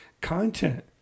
content